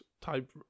type